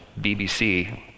BBC